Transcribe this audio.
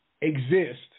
exist